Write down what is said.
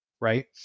right